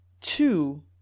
Two